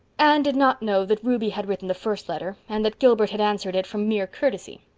anne did not know that ruby had written the first letter and that gilbert had answered it from mere courtesy.